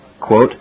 Quote